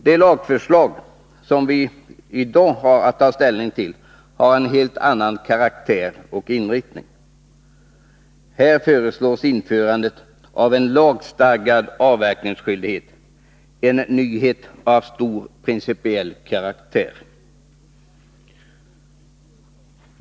Det lagförslag som vi nu har att ta ställning till har en helt annan karaktär och inriktning. Här föreslås införandet av en lagstadgad avverkningsskyldighet—en nyhet av stor principiell betydelse.